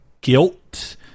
guilt